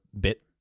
bit